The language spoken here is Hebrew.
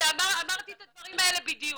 אמרתי את הדברים האלה בדיוק.